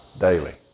daily